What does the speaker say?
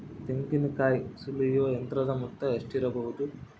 ತೆಂಗಿನಕಾಯಿ ಸುಲಿಯುವ ಯಂತ್ರದ ಮೊತ್ತ ಎಷ್ಟಿರಬಹುದು?